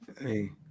Hey